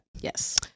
Yes